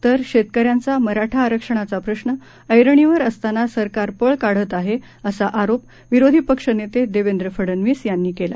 तर शेतकऱ्यांचा मराठा आरक्षणाचा प्रश्न ऐरणीवर असताना सरकार पळ काढत आहे असा आरोप विरोधी पक्षनेते देवेंद्र फडनवीस यांनी केला